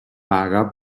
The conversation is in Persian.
عقب